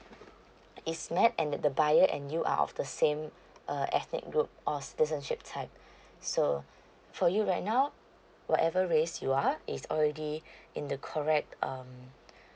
it's met and the the buyer and you are of the same uh ethnic group or citizenship type so for you right now whatever race you are is already in the correct um